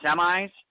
semis